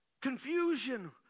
Confusion